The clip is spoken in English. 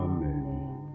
Amen